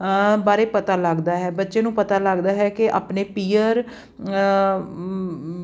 ਬਾਰੇ ਪਤਾ ਲੱਗਦਾ ਹੈ ਬੱਚੇ ਨੂੰ ਪਤਾ ਲੱਗਦਾ ਹੈ ਕਿ ਆਪਣੇ ਪੀਅਰ